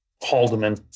Haldeman